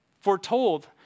foretold